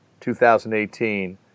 2018